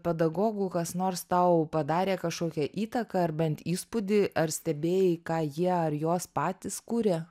pedagogų kas nors tau padarė kažkokią įtaką ar bent įspūdį ar stebėjai ką jie ar jos patys kuria